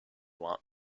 want